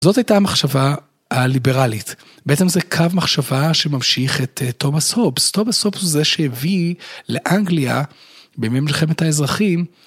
זאת הייתה המחשבה הליברלית, בעצם זה קו מחשבה שממשיך את תומס הופס, תומס הופס הוא זה שהביא לאנגליה בימים מלחמת האזרחים.